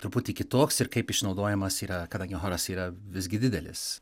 truputį kitoks ir kaip išnaudojamas yra kadangi choras yra visgi didelis